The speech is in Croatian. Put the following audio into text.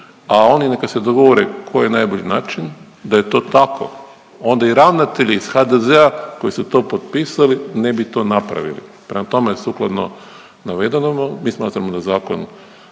a oni neka se dogovore koji je najbolji način da je to tako. Onda i ravnatelji iz HDZ-a koji su to potpisali ne bi to napravili. Prema tome, sukladno navedenomu mi smatramo da zakon